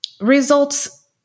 results